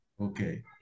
Okay